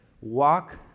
walk